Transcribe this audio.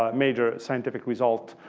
ah major scientific result.